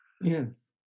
Yes